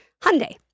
Hyundai